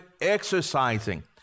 exercising